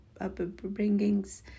upbringings